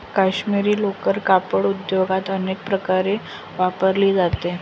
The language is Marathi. काश्मिरी लोकर कापड उद्योगात अनेक प्रकारे वापरली जाते